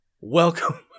Welcome